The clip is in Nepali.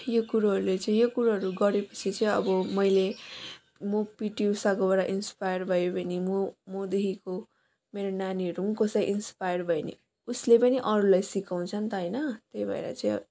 यो कुरोहरूले चाहिँ यो कुरोहरू गरेपछि चाहिँ अब मैले म पिटी उषाको बाट इन्स्पायर भयो भने म मदेखिको मेरो नानीहरू पनि कसै इन्स्पायर भयो भने उसले पनि अरूलाई सिकाउँछ नि त हैन त्यही भएर चाहिँ